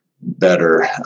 better